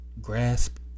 Grasp